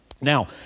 Now